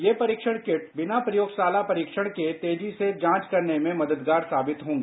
ये परीक्षण किट बिना प्रयोगशाला परीक्षण के तेजी से जांच करने में मददगार साबित हॉगी